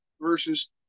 versus